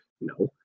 No